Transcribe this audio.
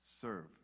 serve